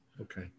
Okay